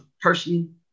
person